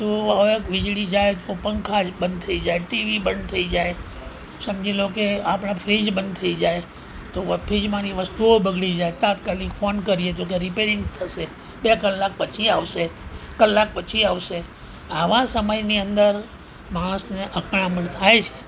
તો હવે વીજળી જાય તો પંખા જ બંધ થઈ જાય ટીવી બંધ થઈ જાય સમજીલો કે આપણા ફ્રિજ બંધ થઈ જાય તો ફ્રિજમાંની વસ્તુઓ બગડી જાય તાત્કાલિક ફોન કરીએ તો કે રિપેરિંગ થશે બે કલાક પછી આવશે કલાક પછી આવશે આવા સમયની અંદર માણસને અકળામણ થાય જ ને